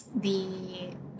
The-